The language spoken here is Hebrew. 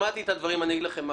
שמעתי את הדברים ואני אגיד לכם מה